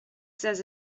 says